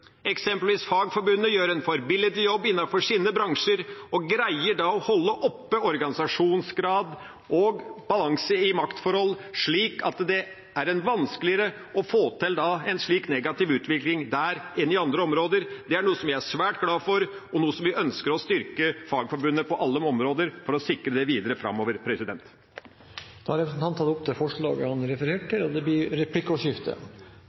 Eksempelvis gjør Fagforbundet en forbilledlig jobb innenfor sine bransjer og greier å holde oppe organisasjonsgraden og balansen i maktforholdene, slik at det er vanskeligere å få til en negativ utvikling der enn på andre områder. Det er noe som vi er svært glade for, og vi ønsker å styrke Fagforbundet på alle områder for å sikre det videre framover. Representanten Per Olaf Lundteigen har tatt opp de forslagene han refererte til. Det blir replikkordskifte.